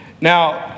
Now